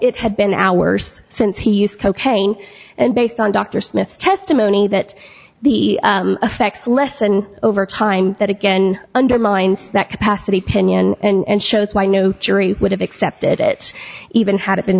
it had been hours since he used cocaine and based on dr smith's testimony that the effects lessen over time that again undermines that capacity pinion and shows why no jury would have accepted it even had it been